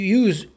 use